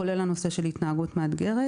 כולל הנושא של התנהגות מאתגרת.